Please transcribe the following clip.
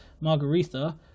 Margaretha